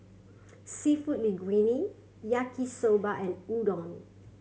Seafood Linguine Yaki Soba and Udon